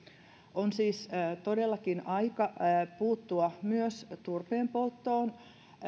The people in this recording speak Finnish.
on siis todellakin aika puuttua myös turpeen polttoon